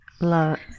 Love